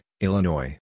Illinois